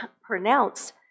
pronounce